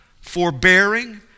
forbearing